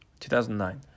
2009